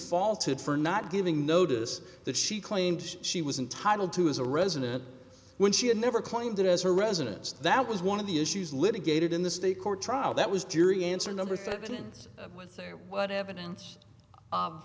faulted for not giving notice that she claimed she was entitled to as a resident when she had never claimed it as her residence that was one of the issues litigated in the state court trial that was jury answer number seven and with what evidence